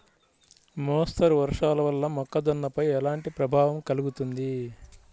మోస్తరు వర్షాలు వల్ల మొక్కజొన్నపై ఎలాంటి ప్రభావం కలుగుతుంది?